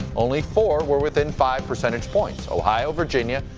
only four were within five points, ohio, virginia,